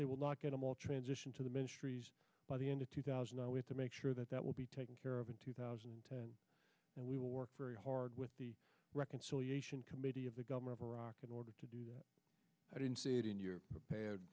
they will lock in a mall transition to the ministries by the end of two thousand i want to make sure that that will be taken care of in two thousand and ten and we will work very hard with the reconciliation committee of the government of iraq in order to do that i didn't see it in your